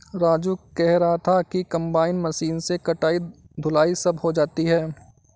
राजू कह रहा था कि कंबाइन मशीन से कटाई धुलाई सब हो जाती है